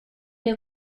der